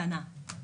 קטנה,